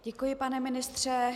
Děkuji, pane ministře.